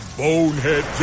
bonehead